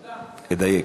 ודייק.